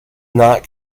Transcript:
not